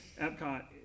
Epcot